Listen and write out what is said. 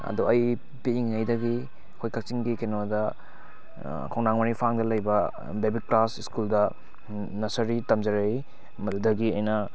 ꯑꯗꯣ ꯑꯩ ꯄꯤꯛꯏꯉꯩꯗꯒꯤ ꯑꯩꯈꯣꯏ ꯀꯥꯛꯆꯤꯡꯒꯤ ꯀꯩꯅꯣꯗ ꯈꯣꯡꯅꯥꯡ ꯃꯔꯤꯐꯥꯡꯕꯗ ꯂꯩꯕ ꯕꯦꯕꯤꯠ ꯀ꯭ꯂꯥꯁ ꯁ꯭ꯀꯨꯜꯗ ꯅꯁꯔꯤ ꯇꯝꯖꯔꯛꯏ ꯃꯗꯨꯗꯒꯤ ꯑꯩꯅ